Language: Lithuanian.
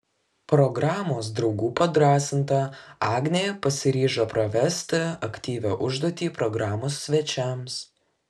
programos draugų padrąsinta agnė pasiryžo pravesti aktyvią užduotį programos svečiams